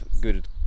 good